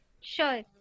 sure